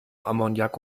ammoniak